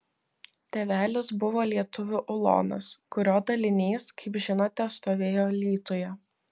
tėvelis buvo lietuvių ulonas kurio dalinys kaip žinote stovėjo alytuje